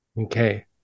Okay